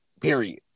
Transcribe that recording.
period